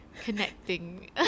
Connecting